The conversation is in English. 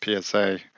PSA